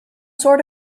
sort